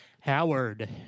Howard